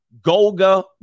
Golga